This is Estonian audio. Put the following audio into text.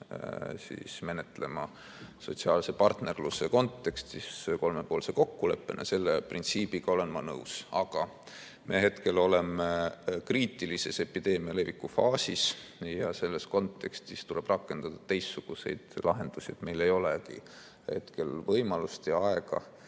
peaks menetlema sotsiaalse partnerluse kontekstis kolmepoolse kokkuleppena, selle printsiibiga olen ma nõus. Aga hetkel me oleme kriitilises epideemia leviku faasis ja selles kontekstis tuleb rakendada teistsuguseid lahendusi. Meil ei olegi hetkel võimalust ja aega